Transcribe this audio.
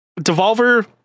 devolver